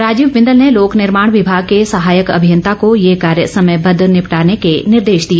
राजीव बिंदल ने लोक निर्माण विभाग के सहायक अभियंता को ये कार्य समयबद्ध निपटाने के निर्देश दिए